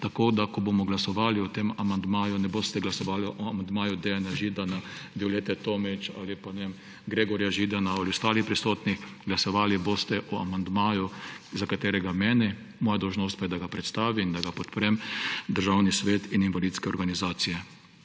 Tako da ko bomo glasovali o tem amandmaju, ne boste glasovali o amandmaju Dejana Židana, Violete Tomić ali pa Gregorja Židana in ostalih prisotnih, glasovali boste o amandmaju, ki ga podpirajo – moja dolžnost pa je, da ga predstavim in podprem – Državni svet in invalidske organizacije.